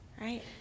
Right